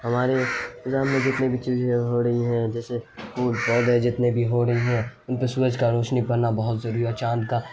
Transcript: ہمارے نظام میں جتنے بھی چیزیں ہو رہی ہیں جیسے پیڑ پودے جتنے بھی ہو رہی ہیں ان کو سورج کا روشنی پانا بہت ضروری ہے اور چاند کا